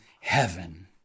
heaven